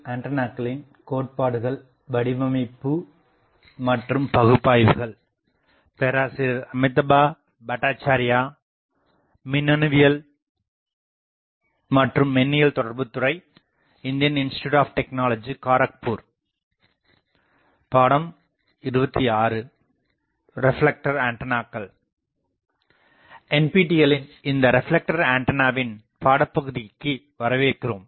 NPTELலின் இந்த ரெப்லெக்டர் ஆண்டனாவின் பாடபகுதிக்கு வரவேற்கிறோம்